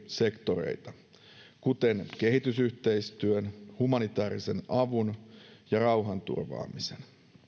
sektoreita kuten kehitysyhteistyön humanitäärisen avun ja rauhanturvaamisen